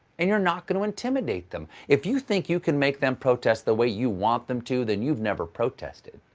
and you're not going to intimidate them. if you think you can make them protest the way you want them to, then you've never protested.